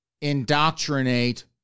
indoctrinate